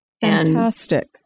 Fantastic